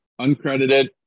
Uncredited